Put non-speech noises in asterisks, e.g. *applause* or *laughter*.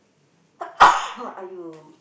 *coughs* are you